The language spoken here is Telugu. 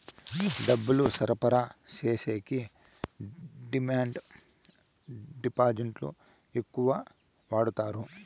డబ్బులు సరఫరా చేసేకి డిమాండ్ డిపాజిట్లు ఎక్కువ వాడుతారు